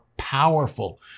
powerful